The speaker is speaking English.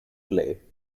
play